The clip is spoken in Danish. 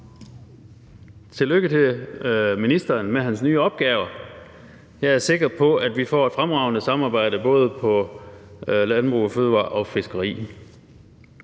tillykke til ministeren med de nye opgaver. Jeg er sikker på, at vi får et fremragende samarbejde både om fødevarer, landbrug og fiskeri.